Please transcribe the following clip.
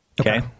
Okay